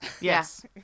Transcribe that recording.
yes